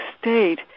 state